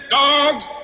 dogs